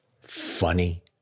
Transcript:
funny